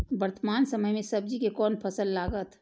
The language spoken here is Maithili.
वर्तमान समय में सब्जी के कोन फसल लागत?